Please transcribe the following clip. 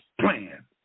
plan